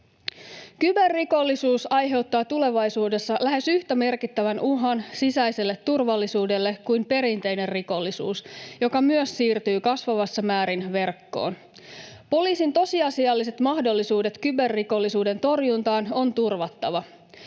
Kyberrikollisuus aiheuttaa tulevaisuudessa lähes yhtä merkittävän uhan sisäiselle turvallisuudelle kuin perinteinen rikollisuus, joka myös siirtyy kasvavassa määrin verkkoon. Poliisin tosiasialliset mahdollisuudet kyberrikollisuuden torjuntaan on turvattava.